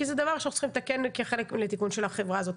כי זה דבר שצריך לתקן כחלק מתיקון של החברה הזאת.